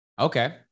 Okay